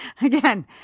Again